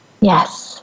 Yes